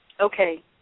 Okay